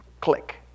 Click